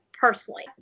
Personally